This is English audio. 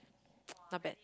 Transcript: not bad